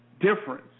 difference